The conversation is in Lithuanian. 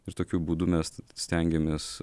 ir tokiu būdu mes stengiamės